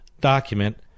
document